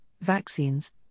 vaccines